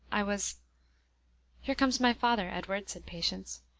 i was here comes my father, edward, said patience.